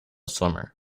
swimmer